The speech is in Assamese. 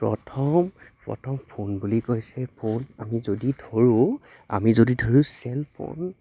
প্ৰথম প্ৰথম ফোন বুলি কৈছে ফোন আমি যদি ধৰোঁ আমি যদি ধৰো চেলফোন